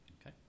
Okay